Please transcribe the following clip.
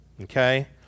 okay